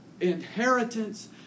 inheritance